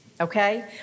Okay